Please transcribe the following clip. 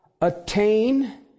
attain